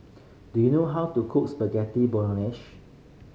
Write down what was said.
do you know how to cook Spaghetti Bolognesh